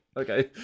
Okay